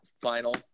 final